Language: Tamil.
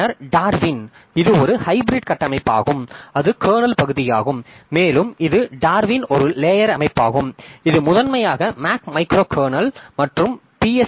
பின்னர் டார்வின் இது ஒரு ஹைபிரிட் கட்டமைப்பாகும் அது கர்னல் பகுதியாகும் மேலும் இது டார்வின் ஒரு லேயர் அமைப்பாகும் இது முதன்மையாக மேக் மைக்ரோ கர்னல் மற்றும் பி